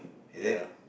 ya